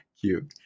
cute